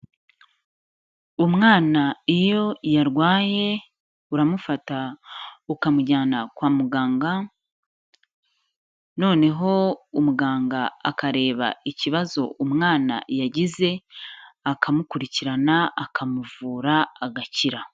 Umwana iyo yarwaye uramufata ukamujyana kwa muganga, noneho umuganga akareba ikibazo umwana yagize akamukurikirana akamuvura agakira.